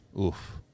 Oof